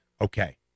okay